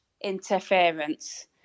interference